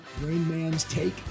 rainmanstake